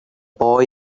boy